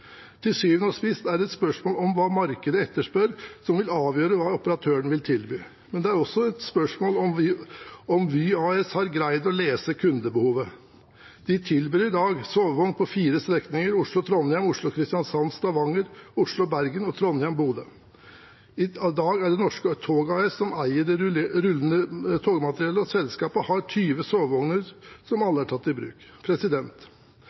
Til syvende og sist er det et spørsmål om hva markedet etterspør, som vil avgjøre hva operatørene vil tilby. Men det er også et spørsmål om Vy AS har greid å lese kundebehovet. De tilbyr i dag sovevogn på fire strekninger: Oslo–Trondheim, Oslo–Kristiansand–Stavanger, Oslo–Bergen og Trondheim–Bodø. I dag er det Norske tog AS som eier det rullende togmateriellet, og selskapet har 20 sovevogner, som